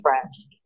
friends